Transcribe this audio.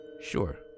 Sure